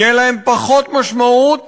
יהיה להם פחות משמעות